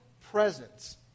presence